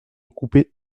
coupé